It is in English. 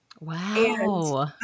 Wow